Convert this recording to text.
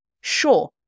Sure